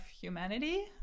humanity